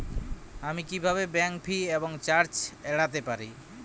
আমি কিভাবে bank fee এবং চার্জ এড়াতে পারি?